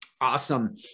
Awesome